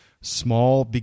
small